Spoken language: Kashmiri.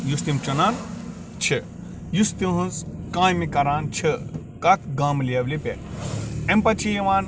یُس تِم چُنان چھِ یُس تہنٛز کامہِ کران چھِ کَتھ گامہِ لیولہِ پٮ۪ٹھ اَمہِ پَتہٕ چھِ یِوان